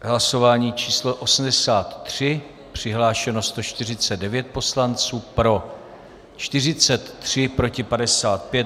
V hlasování číslo 83 přihlášeno 149 poslanců, pro 43, proti 55.